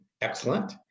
excellent